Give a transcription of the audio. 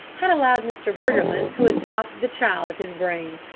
had allowed mr. briggerland to adopt the child of his brain.